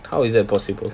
how is that possible